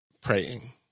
praying